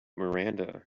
miranda